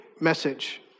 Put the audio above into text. message